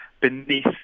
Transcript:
beneath